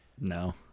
no